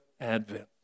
Advent